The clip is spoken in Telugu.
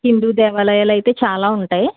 హిందూ దేవాలయాలైతే చాలా ఉంటాయి